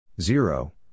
zero